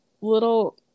little